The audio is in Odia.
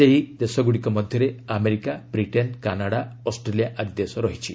ସେହି ଦେଶଗୁଡ଼ିକ ମଧ୍ୟରେ ଆମେରିକା ବ୍ରିଟେନ୍ କାନାଡା ଅଷ୍ଟ୍ରେଲିଆ ଆଦି ଦେଶ ରହିଛି